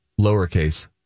lowercase